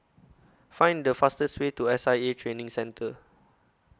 Find The fastest Way to S I A Training Centre